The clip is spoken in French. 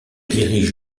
dirige